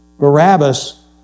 Barabbas